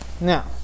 Now